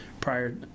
prior